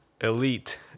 elite